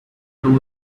two